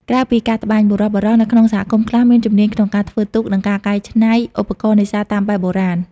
ក្រៅពីការត្បាញ បុរសៗនៅក្នុងសហគមន៍ខ្លះមានជំនាញក្នុងការធ្វើទូក និងការកែច្នៃឧបករណ៍នេសាទតាមបែបបុរាណ។